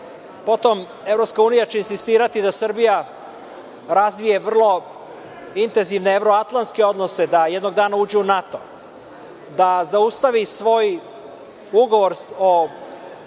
Potom, EU će insistirati da Srbija razvije vrlo intenzivne evroatlantske odnose, da jednog dana uđe u NATO, da zaustavi svoj ugovor o